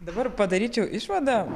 dabar padaryčiau išvadą